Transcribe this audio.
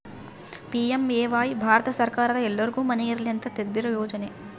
PMAY Bharat ಸರ್ಕಾರದ ಎಲ್ಲರ್ಗು ಮನೆ ಇರಲಿ ಅಂತ ತೆಗ್ದಿರೊ ಯೋಜನೆ